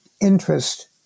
interest